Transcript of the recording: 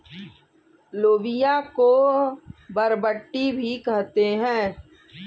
लोबिया को बरबट्टी भी कहते हैं